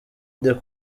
des